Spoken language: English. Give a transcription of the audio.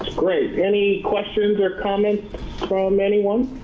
great. any questions or comments from anyone?